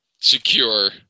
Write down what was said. secure